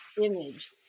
image